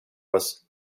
was